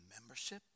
membership